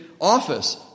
office